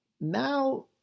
now